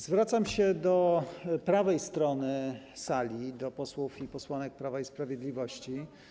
Zwracam się do prawej strony sali, do posłów i posłanek Prawa i Sprawiedliwości.